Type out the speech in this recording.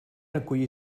acollir